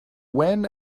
when